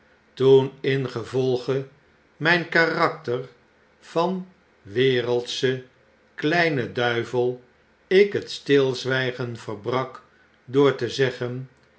toen ingevolge mp karakter van werejdschen kleinen duivel ik het stilzwijgen verbrak door te zeggen